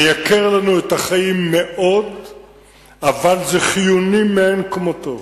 זה מייקר לנו את החיים מאוד אבל זה חיוני מאין כמותו.